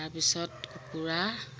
তাৰপিছত কুকুৰা